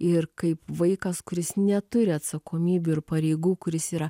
ir kaip vaikas kuris neturi atsakomybių ir pareigų kuris yra